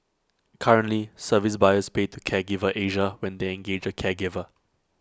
currently service buyers pay to Caregiver Asia when they engage A caregiver